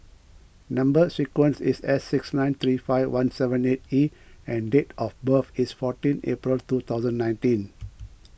Number Sequence is S six nine three five one seven eight E and date of birth is fourteen April two thousand nineteen